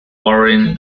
warren